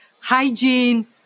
hygiene